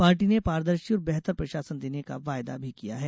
party ने पारदर्शी और बेहतर प्रशासन देने का वायदा भी किया है